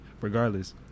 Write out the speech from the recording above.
regardless